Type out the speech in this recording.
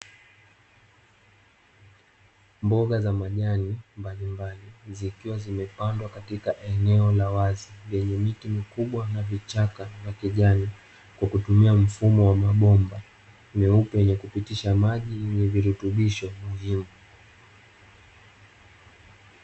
Mboga za majani mbalimbali zikiwa zimepandwa katika eneo la wazi lenye miti mikubwa na vichaka vya kijani, kwa kutumia mfumo wa mabomba meupe yenye kupitisha maji yenye virutubisho.